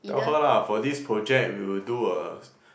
tell her lah for this project we would do a